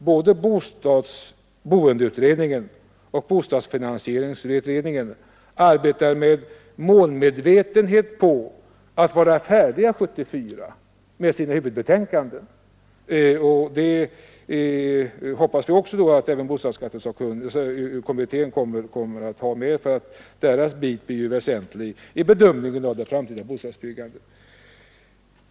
Både boendeutredningen och bostadsfinansieringsutredningen arbetar med målmedvetenhet på att bli färdiga med sina huvudbetänkanden 1974. Vi hoppas att även bostadsskattekommittén kommer att vara klar då, eftersom dess bit är väsentlig i bedömningen av det framtida bostadsbyggandet.